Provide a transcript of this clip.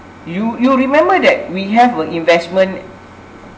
you you remember that we have a investment